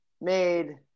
made